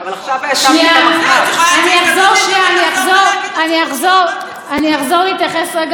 אני אחזור להתייחס רגע לחברת הכנסת יחימוביץ,